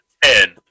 ten